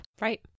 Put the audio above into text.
Right